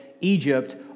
Egypt